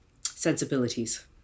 sensibilities